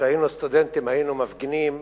כשהיינו סטודנטים היינו מפגינים